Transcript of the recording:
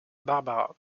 barbara